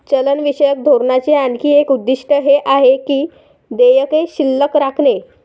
चलनविषयक धोरणाचे आणखी एक उद्दिष्ट हे आहे की देयके शिल्लक राखणे